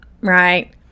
Right